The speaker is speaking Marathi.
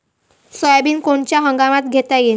सोयाबिन कोनच्या हंगामात घेता येईन?